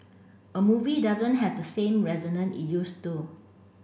a movie doesn't have the same resonance it used to